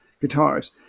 guitars